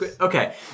Okay